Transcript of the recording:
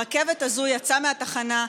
הרכבת הזו יצאה מהתחנה,